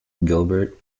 gilbert